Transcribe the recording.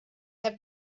have